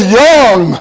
young